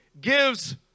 gives